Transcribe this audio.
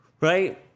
Right